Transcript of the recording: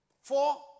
Four